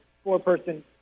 four-person